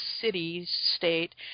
city-state